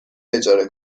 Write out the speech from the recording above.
اجاره